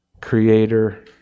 creator